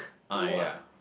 ah ya